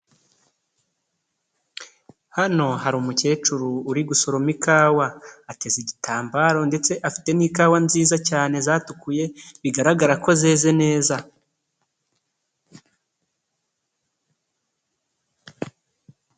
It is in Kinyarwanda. Hano hari umukecuru uri gusoroma ikawa, ateza igitambaro ndetse afite n'ikawa nziza cyane zatukuye, bigaragara ko zeze neza.